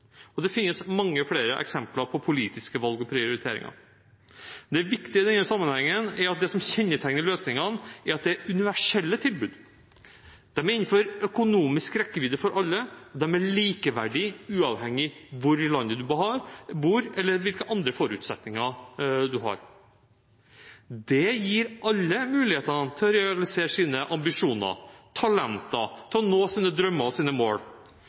livet. Det finnes mange flere eksempler på politiske valg og prioriteringer. Det viktige i denne sammenhengen er at det som kjennetegner løsningene, er at det er universelle tilbud. De er innenfor økonomisk rekkevidde for alle, de er likeverdige, uavhengig av hvor man bor i landet, eller hvilke andre forutsetninger man har. Det gir alle en mulighet til å realisere sine ambisjoner og talenter og til å nå sine drømmer og mål